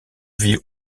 vit